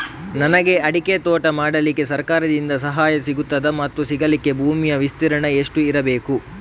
ನನಗೆ ಅಡಿಕೆ ತೋಟ ಮಾಡಲಿಕ್ಕೆ ಸರಕಾರದಿಂದ ಸಹಾಯ ಸಿಗುತ್ತದಾ ಮತ್ತು ಸಿಗಲಿಕ್ಕೆ ಭೂಮಿಯ ವಿಸ್ತೀರ್ಣ ಎಷ್ಟು ಇರಬೇಕು?